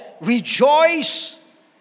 rejoice